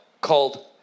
called